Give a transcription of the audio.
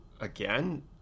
again